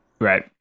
Right